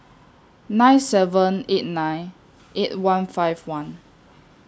nine seven eight nine eight one five one